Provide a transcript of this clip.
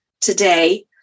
today